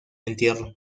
entierro